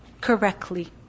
correctly